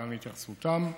ולהלן התייחסותם: